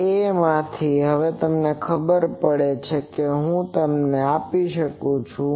તો આ A માંથી તમને હવે ખબર પડે અને હું તમને આપી શકું કે